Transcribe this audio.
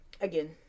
Again